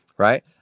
Right